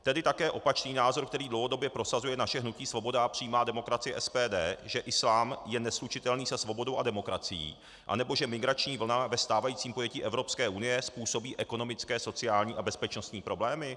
Tedy také opačný názor, který dlouhodobě prosazuje naše hnutí Svoboda a přímá demokracie, SPD, že islám je neslučitelný se svobodou a demokracií, anebo že migrační vlna ve stávajícím pojetí evropské unie způsobí ekonomické, sociální a bezpečnostní problémy?